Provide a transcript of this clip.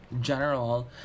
general